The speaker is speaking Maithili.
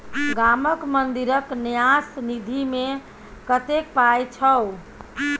गामक मंदिरक न्यास निधिमे कतेक पाय छौ